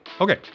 Okay